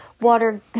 Water